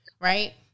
Right